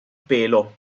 pelo